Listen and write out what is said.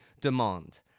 demand